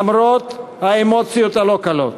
למרות האמוציות הלא-קלות,